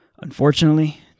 Unfortunately